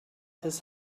his